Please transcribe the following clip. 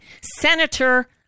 Senator